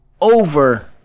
over